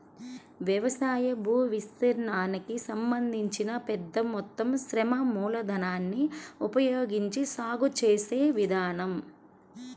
వ్యవసాయ భూవిస్తీర్ణానికి సంబంధించి పెద్ద మొత్తం శ్రమ మూలధనాన్ని ఉపయోగించి సాగు చేసే విధానం